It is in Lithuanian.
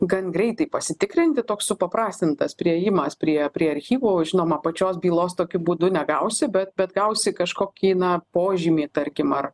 gan greitai pasitikrinti toks supaprastintas priėjimas prie prie archyvo žinoma pačios bylos tokiu būdu negausi bet bet gausi kažkokį na požymį tarkim ar